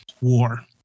war